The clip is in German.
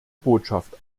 botschaft